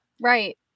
right